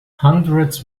hundreds